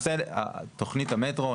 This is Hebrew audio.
למעשה תכנית המטרו,